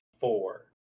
four